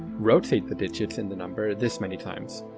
rotate the digits in the number this many times.